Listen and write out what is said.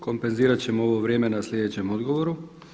Kompenzirat ćemo ovo vrijeme na sljedećem odgovoru.